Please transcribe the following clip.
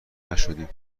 نشدیم